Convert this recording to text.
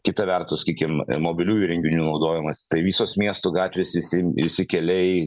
kita vertus sakykim mobiliųjų įrenginių naudojimas tai visos miestų gatvės visi visi keliai